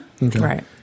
Right